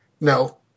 No